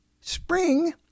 Spring